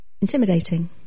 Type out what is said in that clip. intimidating